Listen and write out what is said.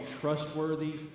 trustworthy